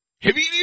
Heavy